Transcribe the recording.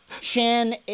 Shan